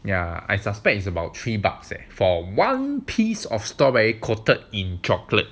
ya I suspect is about three bucks for one piece of strawberries coated in chocolate